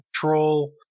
control